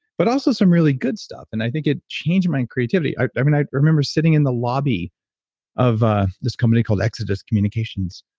but also some really good stuff and i think it changed my creativity. i i mean, i remember sitting in the lobby of this company called exodus communications,